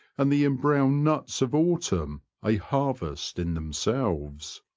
and the embrowned nuts of autumn a harvest in themselves.